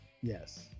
Yes